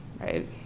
right